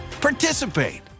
participate